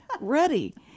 ready